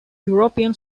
european